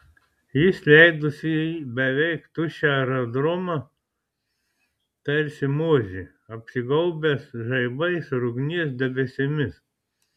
jis leidosi į beveik tuščią aerodromą tarsi mozė apsigaubęs žaibais ir ugnies debesimis